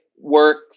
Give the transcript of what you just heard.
work